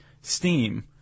steam